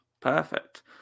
Perfect